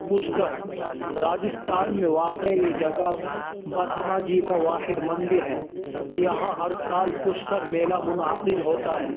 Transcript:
پشکر راجستھان میں واقع یہ جگہ برہما جی کا واحد مندر ہے یہاں ہر سال پشکر میلہ منعقد ہوتا ہے